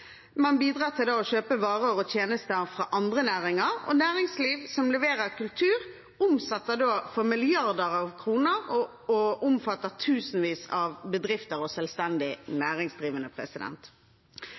Man bidrar til å kjøpe varer og tjenester fra andre næringer, og næringsliv som leverer kultur, omsetter for milliarder av kroner og omfatter tusenvis av bedrifter og selvstendig